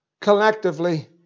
collectively